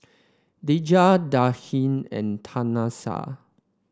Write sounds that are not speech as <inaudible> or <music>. Dejah <unintelligible> and Tanesha